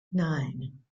nine